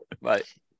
right